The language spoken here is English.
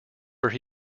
where